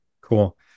Cool